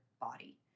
body